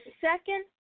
second